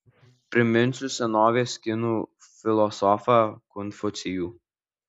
priminsiu senovės kinų filosofą konfucijų